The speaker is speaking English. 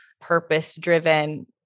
purpose-driven